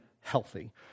healthy